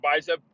bicep